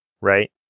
right